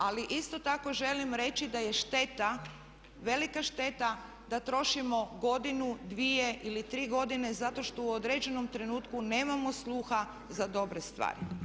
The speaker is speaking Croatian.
Ali isto tako želim reći da je šteta, velika šteta da trošimo godinu, dvije ili tri godine zato što u određenom trenutku nemamo sluha za dobre stvari.